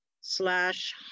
slash